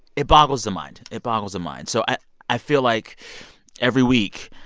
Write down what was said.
it boggles the mind. it boggles the mind. so i i feel like every week,